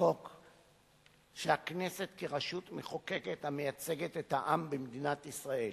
חוק שהכנסת כרשות מחוקקת המייצגת את העם במדינת ישראל